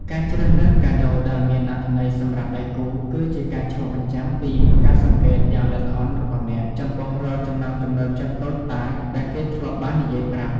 ការជ្រើសរើសកាដូដែលមានអត្ថន័យសម្រាប់ដៃគូ គឺជាការឆ្លុះបញ្ចាំងពីការសង្កេតយ៉ាងល្អិតល្អន់របស់អ្នក ចំពោះរាល់ចំណង់ចំណូលចិត្តតូចតាចដែលគេធ្លាប់បាននិយាយប្រាប់។